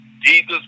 Jesus